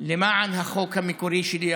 בוועדה למען החוק המקורי שלי,